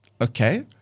okay